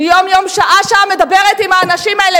אני יום-יום, שעה-שעה, מדברת עם האנשים האלה.